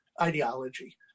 ideology